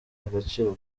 agaciro